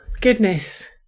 goodness